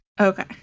Okay